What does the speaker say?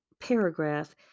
paragraph